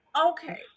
okay